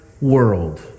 world